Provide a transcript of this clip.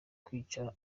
kunyica